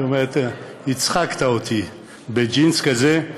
אומרת: הצחקת אותי, בג'ינס כזה?